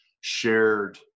shared